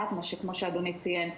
כמו שאדוני ציין,